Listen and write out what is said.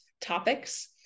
topics